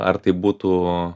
ar tai būtų